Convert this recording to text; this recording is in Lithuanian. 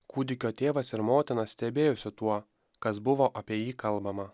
kūdikio tėvas ir motina stebėjosi tuo kas buvo apie jį kalbama